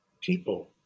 people